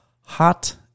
hot